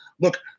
look